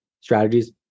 strategies